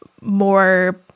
more